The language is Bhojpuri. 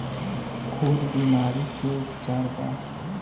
खुर बीमारी के का उपचार बा?